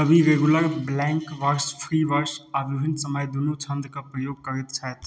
कवि regular blank verse free verse आओर विभिन्न समय दुनू छन्दके प्रयोग करैत छथि